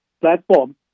platform